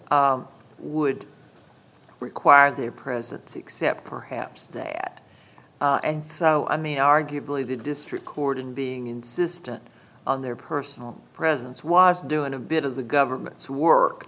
would require their presence except perhaps that and so i mean arguably the district court and being insistent on their personal presence was doing a bit of the government's work